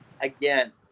again